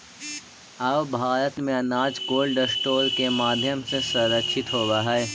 अब भारत में अनाज कोल्डस्टोरेज के माध्यम से संरक्षित होवऽ हइ